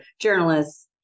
journalists